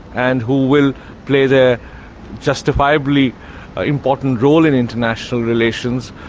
and who will play their justifiably important role in international relations.